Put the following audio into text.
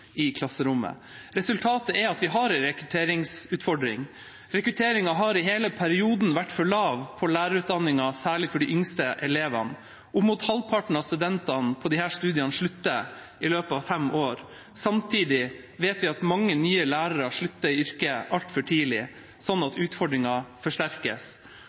i klasserommet. Resultatet er at vi har en rekrutteringsutfordring. Rekrutteringen til lærerutdanningen for særlig de yngste elevene har i hele perioden vært for lav. Opp mot halvparten av studentene på disse studiene slutter i løpet av fem år. Samtidig vet vi at mange nye lærere slutter i yrket altfor tidlig, slik at utfordringen forsterkes.